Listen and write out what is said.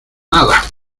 nada